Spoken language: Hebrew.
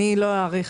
אני לא אאריך.